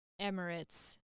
Emirates